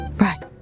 Right